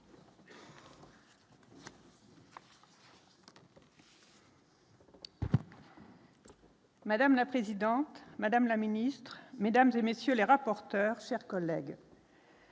Madame la présidente, Madame la Ministre Mesdames et messieurs les rapporteurs chers collègues.